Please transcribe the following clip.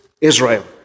Israel